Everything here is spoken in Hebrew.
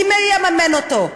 מי יממן אותה?